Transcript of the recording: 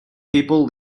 people